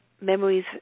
memories